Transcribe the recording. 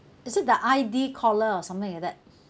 is it the I_D caller or something like that